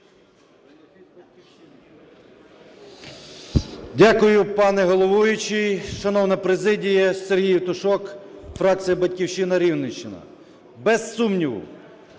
Дякую. Пане головуючий, шановна президія! Сергій Євтушок, фракція "Батьківщина", Рівненщина. Без сумніву,